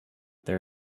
there